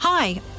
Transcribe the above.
Hi